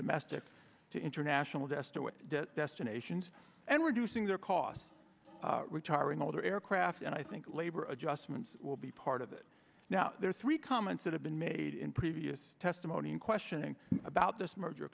domestic to international to estimate the destinations and reducing their costs retiring older aircraft and i think labor adjustments will be part of it now there are three comments that have been made in previous testimony and questioning about this merger